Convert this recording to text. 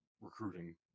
recruiting